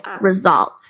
result